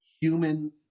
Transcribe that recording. human